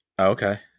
Okay